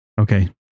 okay